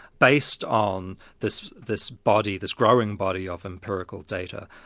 based on this this body, this growing body of empirical data.